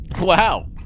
wow